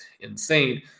insane